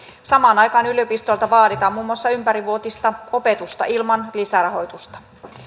samaan aikaan yliopistoilta vaaditaan muun muassa ympärivuotista opetusta ilman lisärahoitusta